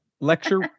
Lecture